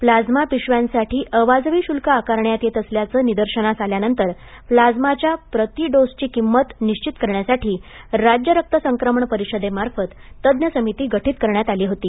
plasma पिशव्यांसाठी अवाजवी शुल्क आकारण्यात येत असल्याचं निदर्शनास आल्यानंतर प्लाझ्माच्या प्रती डोसची किंमत निश्चित करण्यासाठी राज्य रक्त संक्रमण परिषदेमार्फत तज्ञ समिती गठीत करण्यात आली होती